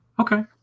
okay